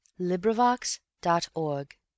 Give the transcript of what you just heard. LibriVox.org